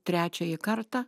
trečiąjį kartą